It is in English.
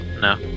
no